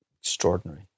Extraordinary